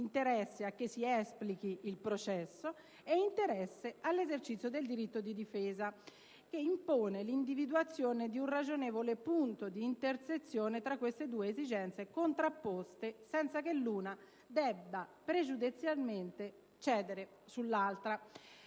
interesse a che si esplichi il processo e interesse all'esercizio del diritto di difesa - impone l'individuazione di un ragionevole punto di intersezione tra queste due esigenze contrapposte, senza che l'una debba pregiudizialmente cedere sull'altra.